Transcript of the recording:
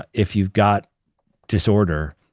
if you've got disorder,